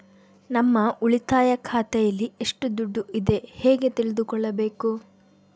ನಮ್ಮ ಉಳಿತಾಯ ಖಾತೆಯಲ್ಲಿ ಎಷ್ಟು ದುಡ್ಡು ಇದೆ ಹೇಗೆ ತಿಳಿದುಕೊಳ್ಳಬೇಕು?